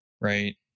right